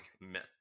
myth